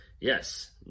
Yes